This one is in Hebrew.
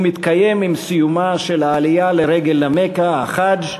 הוא מתקיים עם סיומה של העלייה לרגל למכה, החאג'.